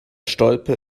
stolpe